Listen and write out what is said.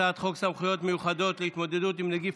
הצעת חוק סמכויות מיוחדות להתמודדות עם נגיף